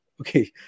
okay